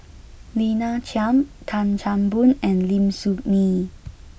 Lina Chiam Tan Chan Boon and Lim Soo Ngee